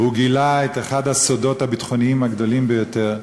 והוא גילה את אחד הסודות הביטחוניים הגדולים ביותר,